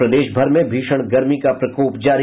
और प्रदेश भर में भीषण गर्मी का प्रकोप जारी